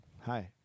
Hi